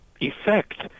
effect